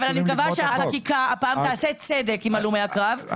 אבל אני מקווה שהחקיקה הפעם תעשה צדק עם הלומי הקרב,